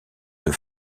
deux